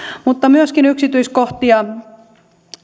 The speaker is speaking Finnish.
mutta myöskin yksityiskohtia